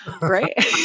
right